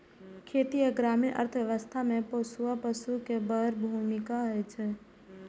खेती आ ग्रामीण अर्थव्यवस्था मे पोसुआ पशु के बड़ भूमिका होइ छै